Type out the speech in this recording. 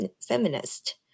feminist